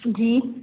जी